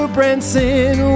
Branson